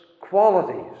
qualities